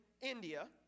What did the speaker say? India